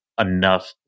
enough